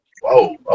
whoa